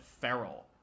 feral